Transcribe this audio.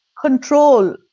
control